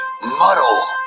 Muddle